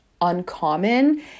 Uncommon